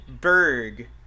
berg